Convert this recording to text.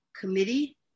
committee